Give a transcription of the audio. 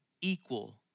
equal